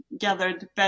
gathered